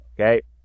okay